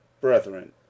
brethren